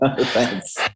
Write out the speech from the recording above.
Thanks